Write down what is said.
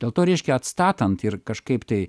dėl to reiškia atstatant ir kažkaip tai